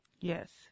yes